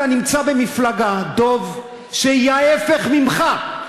אתה נמצא במפלגה, דב, שהיא ההפך ממך.